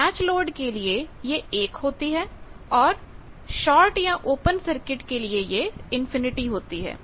match load के लिए यह 1 होती है और शार्ट या ओपन सर्किट के लिए यह इंफिनिटी होती है